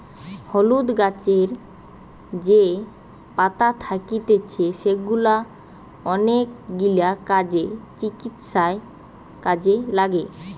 হলুদ গাছের যে পাতা থাকতিছে সেগুলা অনেকগিলা কাজে, চিকিৎসায় কাজে লাগে